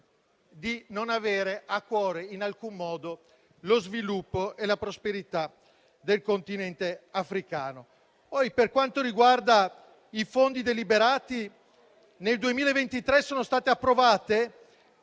di non avere a cuore in alcun modo lo sviluppo e la prosperità del Continente africano. Per quanto riguarda i fondi deliberati, nel 2023 sono state approvate